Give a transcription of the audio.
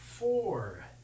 four